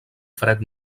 fred